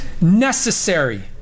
necessary